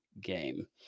game